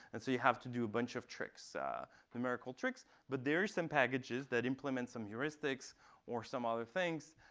and so you have to do a bunch of tricks numerical tricks. but there are some packages that implements some heuristics or some other things